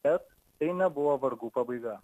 bet tai nebuvo vargų pabaiga